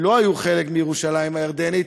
שלא היו חלק מירושלים הירדנית,